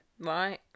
Right